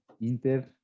Inter